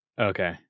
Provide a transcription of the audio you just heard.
Okay